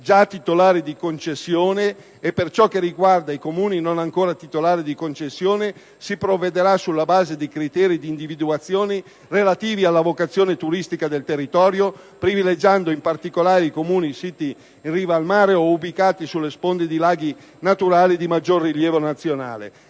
già titolari di concessione e per ciò che riguarda i Comuni non ancora titolari di concessione, si procederà sulla base di criteri di individuazione relativi alla vocazione turistica del territorio, privilegiando, in particolare, i Comuni siti in riva al mare o ubicati sulle sponde dei laghi naturali di maggior rilievo nazionale.